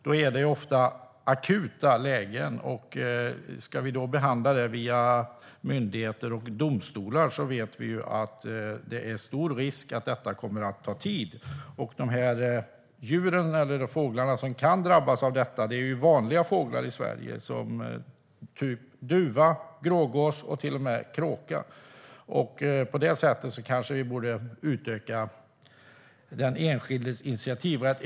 Det är ofta akuta lägen, och ska det då behandlas via myndigheter och domstolar vet vi att det är stor risk att det tar tid. De fåglar som kan drabbas av detta är vanliga fåglar i Sverige, till exempel duva, grågås och till och med kråka, och därför kanske vi borde utöka den enskildes initiativrätt.